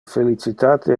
felicitate